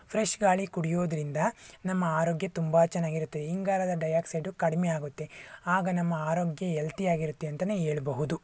fresh ಗಾಳಿ ಕುಡಿಯೋದರಿಂದ ನಮ್ಮ ಆರೋಗ್ಯ ತುಂಬ ಚೆನ್ನಾಗಿರುತ್ತೆ ಇಂಗಾಲದ ಡೈಆಕ್ಸೈಡು ಕಡಿಮೆ ಆಗುತ್ತೆ ಆಗ ನಮ್ಮ ಆರೋಗ್ಯ ಎಲ್ತೀಯಾಗಿರುತ್ತೆ ಅಂತನೇ ಹೇಳ್ಬಹುದು